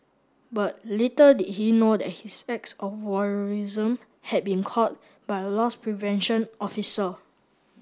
but little did he know that his acts of voyeurism had been caught by a loss prevention officer